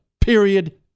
Period